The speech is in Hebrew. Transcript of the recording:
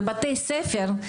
בבתי הספר,